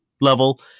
level